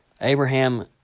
Abraham